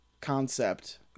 concept